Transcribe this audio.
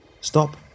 Stop